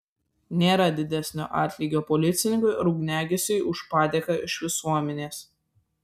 nėra didesnio atlygio policininkui ar ugniagesiui už padėką iš visuomenės